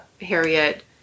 Harriet